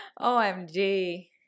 OMG